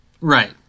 Right